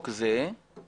הסטטוטורי זה יותר בכיר.